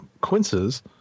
Quinces